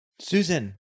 Susan